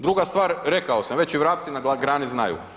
Druga stvar, rekao sam već i vrapci na grani znaju.